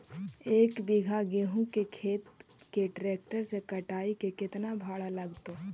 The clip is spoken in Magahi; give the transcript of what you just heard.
एक बिघा गेहूं के खेत के ट्रैक्टर से कटाई के केतना भाड़ा लगतै?